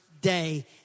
day